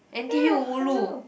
eh hello